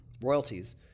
royalties